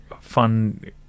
fun